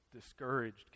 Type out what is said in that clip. discouraged